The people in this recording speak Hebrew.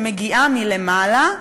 שמגיעה מלמעלה,